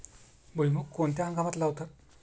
भुईमूग कोणत्या हंगामात लावतात?